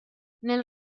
nel